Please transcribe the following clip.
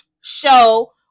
show